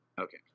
Okay